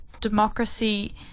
democracy